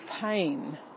pain